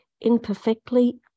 imperfectly